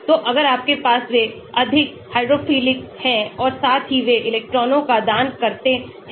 तो अगर आपके पास वे अधिक हाइड्रोफिलिक हैं और साथ ही वे इलेक्ट्रॉनों का दान करते हैं